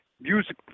music